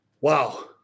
Wow